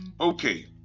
Okay